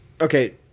okay